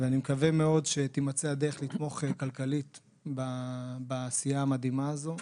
אני מקווה מאוד שתימצא הדרך לתמוך כלכלית בעשייה המדהימה הזאת,